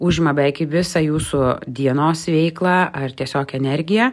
užima beveik visą jūsų dienos veiklą ar tiesiog energiją